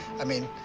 i mean,